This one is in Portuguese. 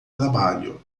trabalho